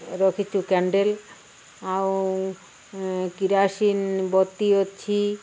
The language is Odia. ଆମେ ରଖିଛୁ କ୍ୟାଣ୍ଡେଲ ଆଉ କିରାସିନ୍ ବତି ଅଛି